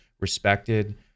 respected